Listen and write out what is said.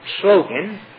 slogan